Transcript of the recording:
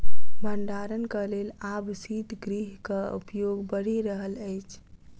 भंडारणक लेल आब शीतगृहक उपयोग बढ़ि रहल अछि